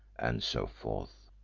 and so forth.